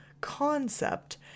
Concept